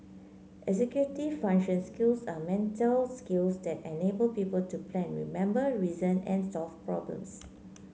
executive function skills are mental skills that enable people to plan remember reason and solve problems